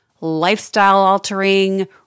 lifestyle-altering